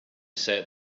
set